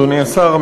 אדוני השר,